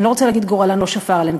אני לא רוצה להגיד גורלן לא שפר עליהן,